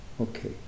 Okay